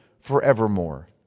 forevermore